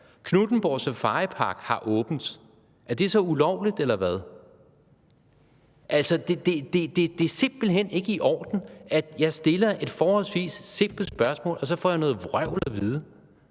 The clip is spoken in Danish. Knuthenborg Safaripark har åbent – er det så ulovligt, eller hvad? Det er simpelt hen ikke i orden, at jeg stiller et forholdsvis simpelt spørgsmål, og så får jeg noget vrøvl at vide.